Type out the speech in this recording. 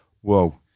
whoa